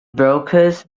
brokers